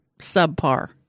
subpar